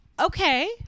Okay